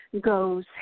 goes